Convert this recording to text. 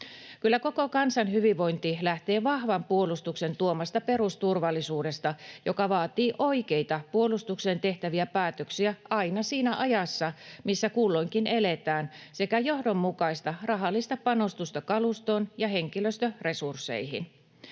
Kyllä koko kansan hyvinvointi lähtee vahvan puolustuksen tuomasta perusturvallisuudesta, joka vaatii oikeita puolustukseen tehtäviä päätöksiä aina siinä ajassa, missä kulloinkin eletään, sekä johdonmukaista rahallista panostusta kalustoon ja henkilöstöresursseihin.